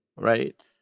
Right